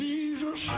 Jesus